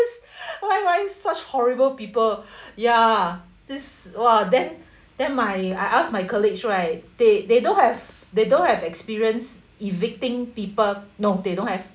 why why such horrible people ya this !wah! then then my I asked my colleagues right they they don't have they don't have experience evicting people no they don't have